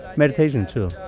meditation too.